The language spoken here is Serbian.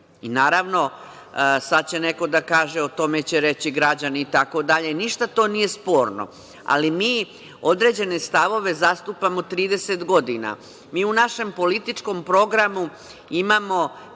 Naravno, sada će neko da kaže o tome će reći građani itd. ništa to nije sporno, ali mi određene stavove zastupamo 30 godina. Mi u našem političkom programu imamo